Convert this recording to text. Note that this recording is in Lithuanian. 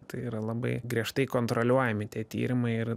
tai yra labai griežtai kontroliuojami tie tyrimai ir